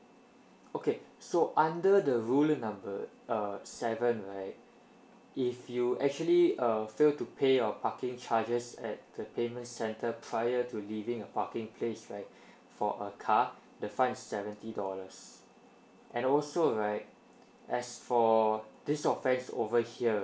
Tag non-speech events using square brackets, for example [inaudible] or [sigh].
okay so under the rule number uh seven right if you actually err fail to pay your parking charges at the payment center prior to leaving a parking place right [breath] for a car the fine is seventy dollars and also right as for this offence over here